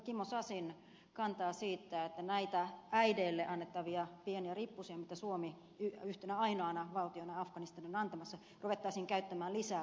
kimmo sasin kantaa siitä että näitä äideille annettavia pieniä rippusia mitä suomi yhtenä ainoana valtiona afganistaniin on antamassa ruvettaisiin käyttämään lisää sotilaallisiin operaatioihin